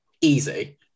Easy